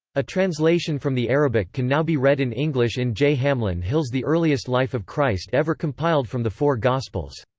a translation from the arabic can now be read in english in j. hamlyn hill's the earliest life of christ ever compiled from the four gospels.